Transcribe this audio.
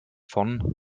von